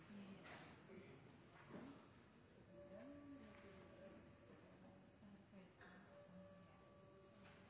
verden